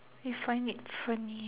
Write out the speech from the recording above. you find it funny